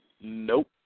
Nope